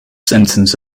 sentence